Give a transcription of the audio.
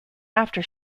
after